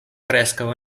preskaŭ